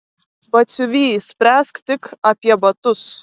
batsiuvy spręsk tik apie batus